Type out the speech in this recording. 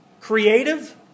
creative